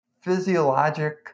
physiologic